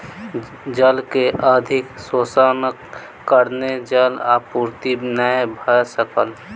जल के अधिक शोषणक कारणेँ जल आपूर्ति नै भ सकल